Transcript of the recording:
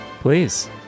Please